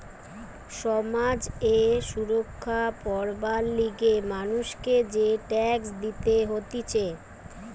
সমাজ এ সুরক্ষা পাবার লিগে মানুষকে যে ট্যাক্স দিতে হতিছে